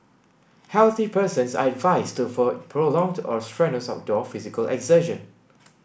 healthy persons are advised to avoid prolonged or strenuous outdoor physical exertion